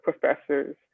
professors